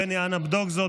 בני, אנא בדוק זאת.